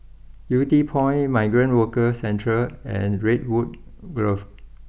Yew Tee Point Migrant Workers Centre and Redwood Grove